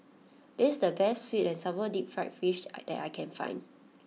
this is the best Sweet and Sour Deep Fried Fish that I can find